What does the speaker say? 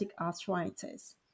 arthritis